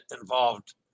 involved